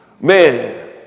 Man